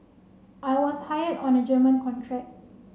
I was hired on a German contract